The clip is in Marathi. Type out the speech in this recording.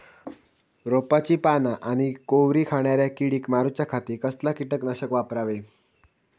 रोपाची पाना आनी कोवरी खाणाऱ्या किडीक मारूच्या खाती कसला किटकनाशक वापरावे?